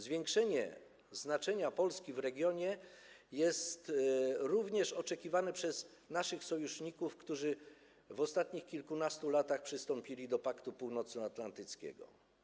Zwiększenie znaczenia Polski w regionie jest również oczekiwane przez naszych sojuszników, którzy w ostatnich kilkunastu latach przystąpili do Paktu Północnoatlantyckiego.